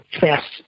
fast